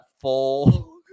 full